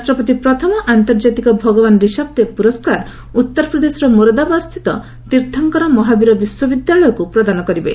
ରାଷ୍ଟ୍ରପତି ପ୍ରଥମ ଆନ୍ତର୍ଜାତିକ ଭଗବାନ ରିଶଭଦେବ ପୁରସ୍କାର ଉତ୍ତରପ୍ରଦେଶର ମୋରାଦାବାଦସ୍ଥିତ ତୀର୍ଥଙ୍କର ମହାବୀର ବିଶ୍ୱବିଦ୍ୟାଳୟକୁ ପ୍ରଦାନ କରିବେ